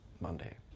Monday